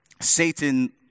Satan